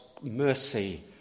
mercy